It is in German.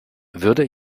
würde